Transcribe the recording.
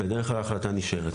בדרך כלל ההחלטה נשארת.